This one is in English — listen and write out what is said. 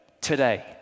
today